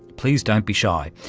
please don't be shy.